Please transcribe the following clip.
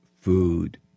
food